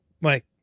Mike